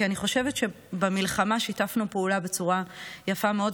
כי אני חושבת שבמלחמה שיתפנו פעולה בצורה יפה מאוד,